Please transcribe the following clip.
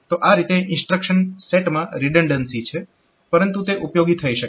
તો આ રીતે ઇન્સ્ટ્રક્શન સેટમાં રીડન્ડન્સી છે પરંતુ તે ઉપયોગી થઈ શકે છે